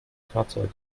fahrzeuge